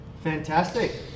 Fantastic